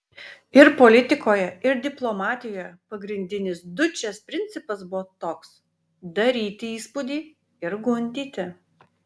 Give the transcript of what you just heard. ir politikoje ir diplomatijoje pagrindinis dučės principas buvo toks daryti įspūdį ir gundyti